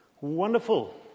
Wonderful